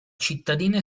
cittadina